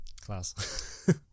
class